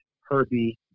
Herbie